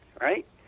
right